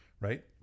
right